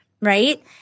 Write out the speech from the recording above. Right